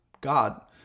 God